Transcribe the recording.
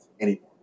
anymore